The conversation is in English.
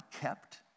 kept